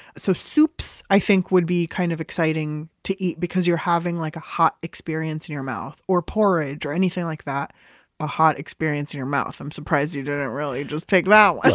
so soups i think would be kind of exciting to eat, because you're having like a hot experience in your mouth, or porridge or anything like that a hot experience in your mouth. i'm surprised you didn't really just take that and